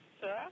Sir